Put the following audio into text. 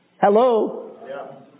Hello